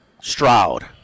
Stroud